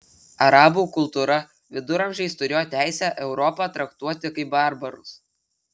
arabų kultūra viduramžiais turėjo teisę europą traktuoti kaip barbarus